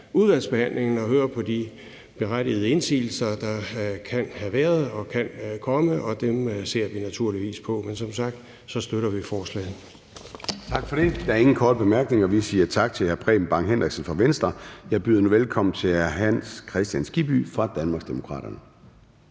udvalgsbehandlingen at høre på de berettigede indsigelser, der kan have været og kan komme; dem ser vi naturligvis på. Men som sagt støtter vi forslaget. Kl. 16:46 Formanden (Søren Gade): Tak for det. Der er ingen korte bemærkninger. Vi siger tak til hr. Preben Bang Henriksen fra Venstre. Jeg byder nu velkommen til hr. Hans Kristian Skibby fra Danmarksdemokraterne.